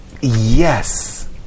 yes